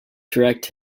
direct